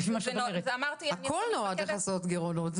הכול נועד לכסות גירעונות.